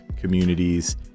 communities